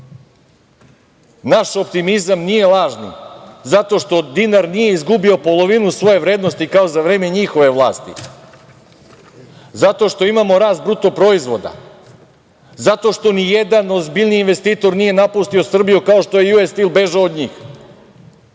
optimizam nije lažni, zato što dinar nije izgubio polovinu svoje vrednosti kao za vreme njihove vlasti, zato što imamo rast bruto proizvoda, zato što nijedan ozbiljniji investitor nije napustio Srbiju, kao što je „US stil“ bežao od njih,